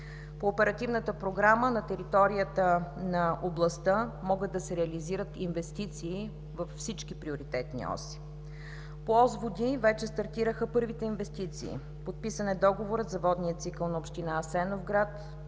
По Оперативната програма на територията на областта могат да се реализират инвестиции във всички приоритетни оси. По ос „Води“ вече стартираха първите инвестиции. Подписан е договорът за водния цикъл на община Асеновград